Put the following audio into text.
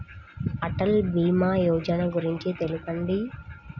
అటల్ భీమా యోజన గురించి తెలుపండి?